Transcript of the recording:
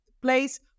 place